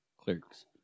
Clerks